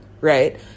right